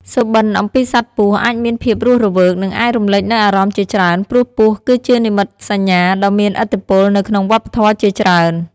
សុបិនអំពីសត្វពស់អាចមានភាពរស់រវើក និងអាចរំលេចនូវអារម្មណ៍ជាច្រើន ព្រោះពស់គឺជានិមិត្តសញ្ញា ដ៏មានឥទ្ធិពលនៅក្នុងវប្បធម៌ជាច្រើន។